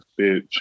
bitch